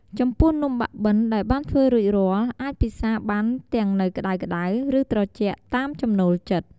ចំពោះ នំបាក់បិនដែលបានធ្វើរួចរាល់ អាចពិសារបានទាំងនៅក្ដៅៗ ឬត្រជាក់ តាមចំណូលចិត្ត។